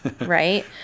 right